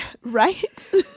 Right